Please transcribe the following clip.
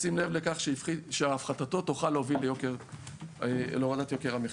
בשים לב לכך שהפחתתו תוכל להוביל להורדת יוקר המחיה.